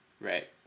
Right